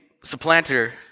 supplanter